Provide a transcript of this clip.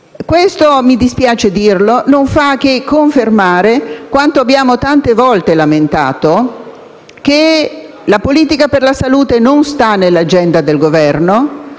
Questo - mi dispiace dirlo - non fa che confermare quanto abbiamo tante volte lamentato e cioè che la politica per la salute non è nell'agenda del Governo